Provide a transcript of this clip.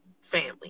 family